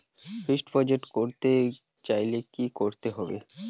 Fixed deposit করতে চাইলে কি করতে হবে?